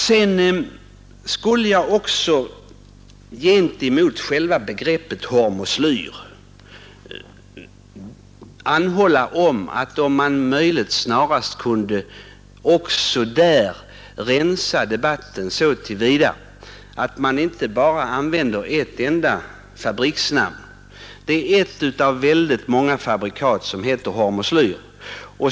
Sedan skulle jag också beträffande själva begreppet hormoslyr vilja anhålla om att man även här snarast rensar upp debatten så till vida att man inte bara använder ett enda fabriksnamn. Det är ett av väldigt många fabrikat som heter hormoslyr.